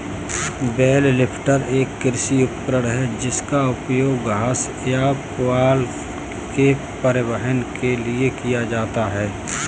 bell lifter एक कृषि उपकरण है जिसका उपयोग घास या पुआल के परिवहन के लिए किया जाता है